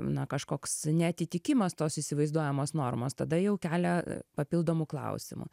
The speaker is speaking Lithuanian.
na kažkoks neatitikimas tos įsivaizduojamos normos tada jau kelia papildomų klausimų